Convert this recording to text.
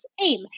aim